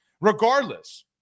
Regardless